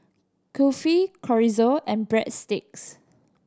Kulfi Chorizo and Breadsticks